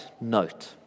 note